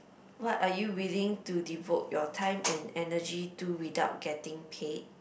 what are you willing to devote your time and energy do without getting paid